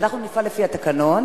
אנחנו נפעל לפי התקנון,